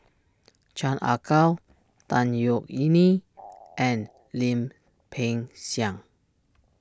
Chan Ah Kow Tan Yeok Yee Nee and Lim Peng Siang